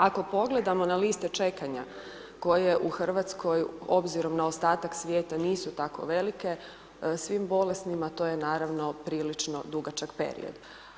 Ako pogledamo na liste čekanja, koje u Hrvatskoj, obzirom na ostatak svijeta nisu tako velike, svim bolesnima, to je naravno prilično dugačak period.